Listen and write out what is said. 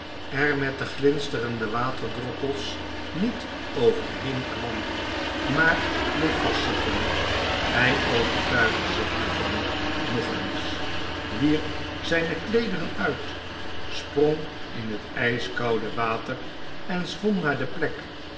er met de glinsterende waterdroppels niet overheen kwam maar bleefvastzitten hij overtuigde zich daarvan nog eens wierp zijne kleederen uit sprong in het ijskoude water en zwom naar de plek